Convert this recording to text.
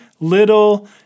little